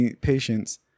patients